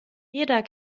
jeder